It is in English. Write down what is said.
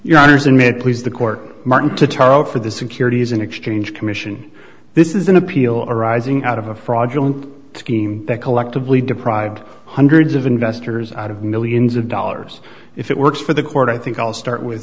me please the court martin to turn out for the securities and exchange commission this is an appeal arising out of a fraudulent scheme that collectively deprived hundreds of investors out of millions of dollars if it works for the court i think i'll start with